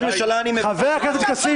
הממשלה אני ------ חבר הכנסת כסיף,